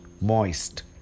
moist